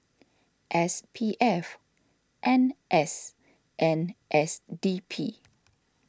S P F N S and S D P